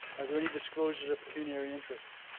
are there any disclosures of pecuniary interest?